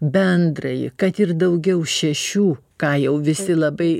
bendrąjį kad ir daugiau šešių ką jau visi labai